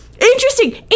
Interesting